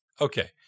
Okay